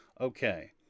Okay